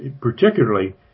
particularly